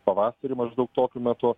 pavasarį maždaug tokiu metu